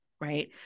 right